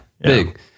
big